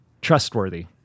Trustworthy